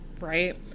right